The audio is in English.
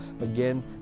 again